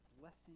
blessing